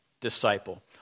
disciple